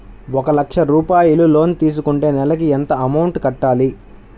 ఒక లక్ష రూపాయిలు లోన్ తీసుకుంటే నెలకి ఎంత అమౌంట్ కట్టాలి?